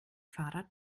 fahrrad